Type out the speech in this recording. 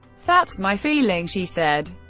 that's my feeling, she said.